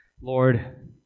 Lord